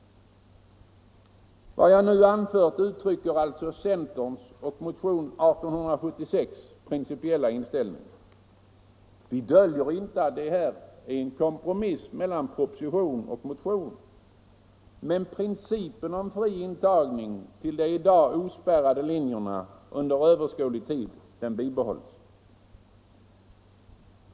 Vad jag nu anfört uttrycker den principiella inställning som centern har och som framgår av motionen 1876. Vi döljer inte att det är en kompromiss mellan proposition och motion — men principen om fri intagning till de i dag ospärrade linjerna skulle komma att bibehållas under överskådlig tid.